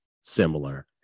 similar